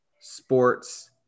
Sports